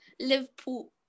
Liverpool